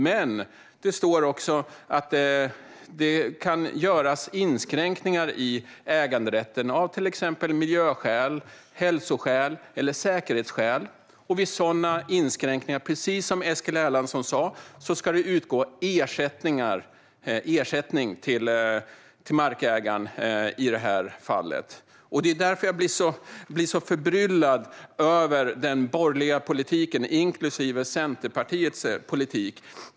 Men det står också att det kan göras inskränkningar i äganderätten av till exempel miljöskäl, hälsoskäl eller säkerhetsskäl. Vid sådana inskränkningar ska det, precis som Eskil Erlandsson sa, utgå ersättning till - i detta fall - markägaren. Det är därför jag blir så förbryllad över den borgerliga politiken, inklusive Centerpartiets politik.